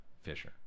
Fisher